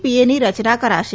પીએ ની રચના કરાશે